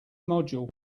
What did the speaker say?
module